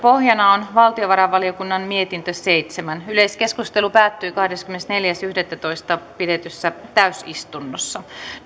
pohjana on valtiovarainvaliokunnan mietintö seitsemän yleiskeskustelu päättyi kahdeskymmenesneljäs yhdettätoista kaksituhattaviisitoista pidetyssä täysistunnossa